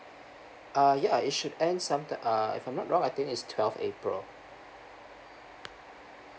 uh ya it should end some ti~ uh if I'm not wrong I think it's twelve april